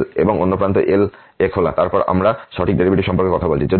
L এবং অন্য প্রান্ত L এ খোলা তারপর আমরা সঠিক ডেরিভেটিভ সম্পর্কে কথা বলছি